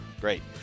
Great